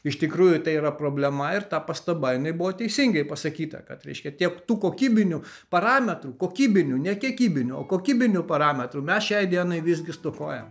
iš tikrųjų tai yra problema ir ta pastaba jinai buvo teisingai pasakyta kad reiškia tiek kokybinių parametrų kokybinių ne kiekybinių o kokybinių parametrų mes šiai dienai visgi stokojam